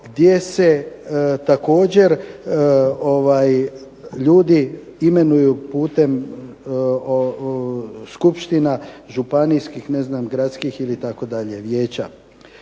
gdje se također ljudi imenuju putem skupština županijskih, gradskih itd. vijeća.